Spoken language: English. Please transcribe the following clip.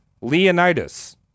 Leonidas